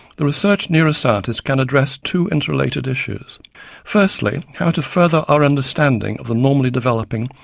the research neuroscientist can address two inter-related issues firstly, how to further our understanding of the normally developing,